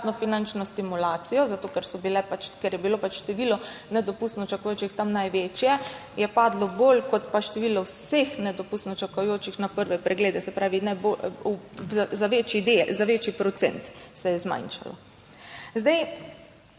ker so bile, pač, ker je bilo pač število nedopustno čakajočih tam največje, je padlo bolj kot pa število vseh nedopustno čakajočih na prve preglede. Se pravi, naj bo, za večji del, za večji procent se je zmanjšalo. 32.